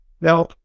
Now